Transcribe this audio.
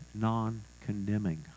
non-condemning